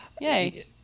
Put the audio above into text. Yay